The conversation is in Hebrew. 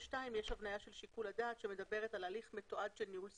יש הבנייה של שיקול הדעת שמדברת על הליך מתועד של ניהול סיכונים.